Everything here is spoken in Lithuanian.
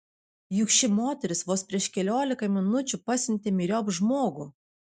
juk ši moteris vos prieš keliolika minučių pasiuntė myriop žmogų